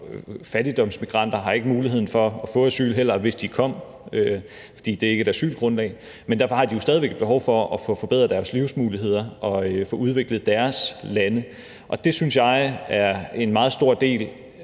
fattigdomsmigranter har ikke mulighed for at få asyl heller, hvis de kom, for det er ikke et asylgrundlag. Men derfor har de jo stadig væk et behov for at få forbedret deres livsmuligheder og få udviklet deres lande. Og det synes jeg er hovedformålet